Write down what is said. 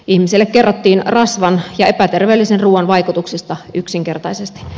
ihmisille kerrottiin rasvan ja epäterveellisen ruuan vaikutuksista yksinkertaisesti